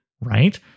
Right